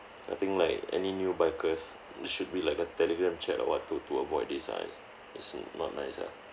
I think like any new bikers should be like a telegram chat or what to to avoid this ah is is not nice ah